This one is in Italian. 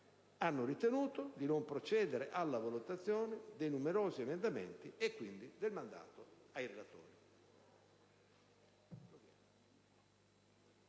hanno ritenuto di non procedere alla votazione dei numerosi emendamenti e quindi del mandato ai relatori.